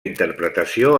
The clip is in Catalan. interpretació